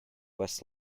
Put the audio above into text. west